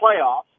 playoffs